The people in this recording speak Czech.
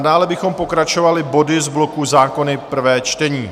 Dále bychom pokračovali body z bloku zákony prvé čtení.